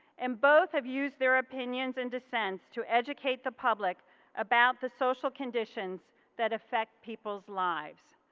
and both have used their opinions and dissents to educate the public about the social conditions that affect peoples lives,